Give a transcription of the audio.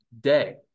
day